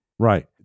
Right